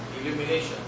illumination